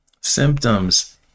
Symptoms